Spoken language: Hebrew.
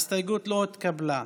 ההסתייגות לא התקבלה.